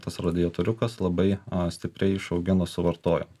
tas radijatoriukas labai stipriai išaugino suvartojimą